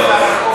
לא, זהו.